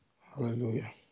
Hallelujah